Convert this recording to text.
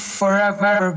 forever